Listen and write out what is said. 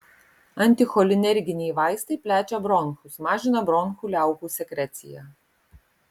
anticholinerginiai vaistai plečia bronchus mažina bronchų liaukų sekreciją